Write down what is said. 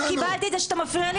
קיבלתי את זה שאתה מפריע לי.